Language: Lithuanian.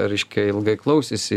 raiškia ilgai klausėsi